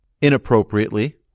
inappropriately